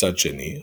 מצד שני,